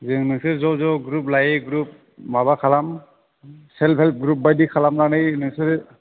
जों नोंसोर ज' ज' ग्रुप लायै ग्रुप माबा खालाम सेल्फ हेल्प ग्रुप बायदि खालामनानै नोंसोरो